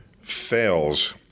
fails